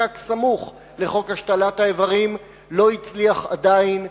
שנחקק סמוך לחוק השתלת איברים לא הצליח עדיין,